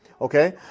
Okay